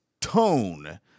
tone